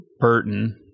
Burton